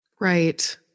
Right